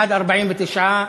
בעד, 49,